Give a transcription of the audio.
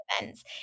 events